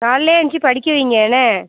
காலையிலே எழுந்ச்சி படிக்க வைங்க என்ன